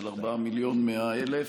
של 4 מיליון ו-100,000,